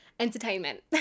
entertainment